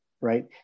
right